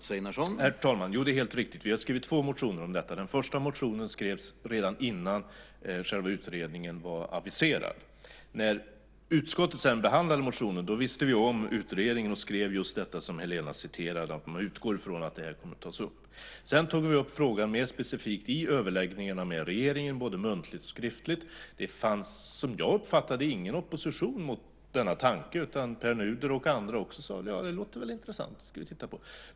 Herr talman! Det är helt riktigt. Vi har skrivit två motioner om detta. Den första motionen skrevs redan innan själva utredningen var aviserad. När utskottet sedan behandlade motionen visste vi om att det skulle göras en översyn, och vi skrev då det som Helena citerade, att vi utgår ifrån att detta kommer att tas upp. Sedan tog vi upp frågan mer specifikt i överläggningarna med regeringen både muntligt och skriftligt. Som jag uppfattade det fanns det ingen opposition mot denna tanke. Pär Nuder och andra tyckte att det lät intressant.